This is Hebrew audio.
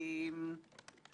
משמעו שניתן